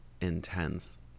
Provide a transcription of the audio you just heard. intense